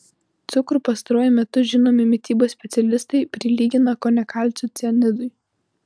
cukrų pastaruoju metu žinomi mitybos specialistai prilygina kone kalcio cianidui